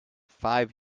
five